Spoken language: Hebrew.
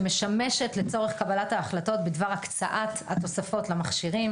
שמשמשת לצורך קבלת ההחלטות בדבר הקצאת התוספות למכשירים,